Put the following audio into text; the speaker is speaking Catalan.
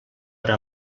hora